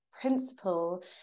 principle